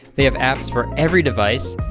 they have apps for every device.